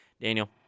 Daniel